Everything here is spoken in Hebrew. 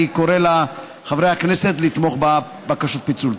אני קורא לחברי הכנסת לתמוך בבקשות הפיצול.